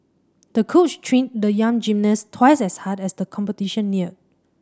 the coach trained the young gymnast twice as hard as the competition neared